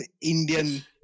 Indian